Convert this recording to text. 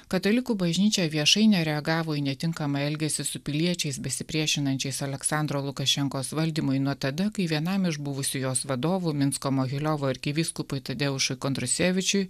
katalikų bažnyčia viešai nereagavo į netinkamą elgesį su piliečiais besipriešinančiais aleksandro lukašenkos valdymui nuo tada kai vienam iš buvusių jos vadovų minsko mogiliovo arkivyskupui tadeušui kondrusevičiui